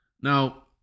Now